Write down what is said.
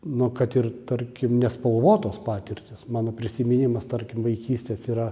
nu kad ir tarkim nespalvotos patirtys mano prisiminimas tarkim vaikystės yra